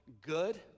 good